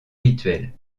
rituels